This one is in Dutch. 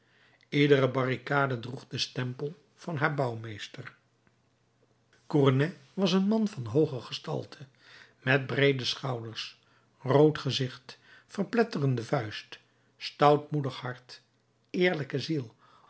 iedere barricade droeg den stempel van haar bouwmeester cournet was een man van hooge gestalte met breede schouders rood gezicht verpletterende vuist stoutmoedig hart eerlijke ziel